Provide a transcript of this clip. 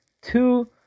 two